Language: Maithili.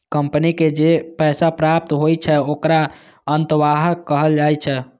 कंपनी के जे पैसा प्राप्त होइ छै, ओखरा अंतर्वाह कहल जाइ छै